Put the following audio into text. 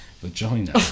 vagina